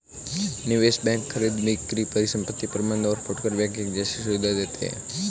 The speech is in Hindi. निवेश बैंक खरीद बिक्री परिसंपत्ति प्रबंध और फुटकर बैंकिंग जैसी सुविधायें देते हैं